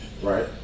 Right